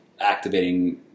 activating